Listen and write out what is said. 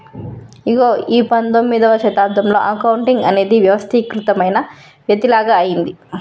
ఇగో ఈ పందొమ్మిదవ శతాబ్దంలో అకౌంటింగ్ అనేది వ్యవస్థీకృతమైన వృతిలాగ అయ్యింది